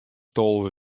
tolve